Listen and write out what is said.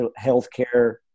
healthcare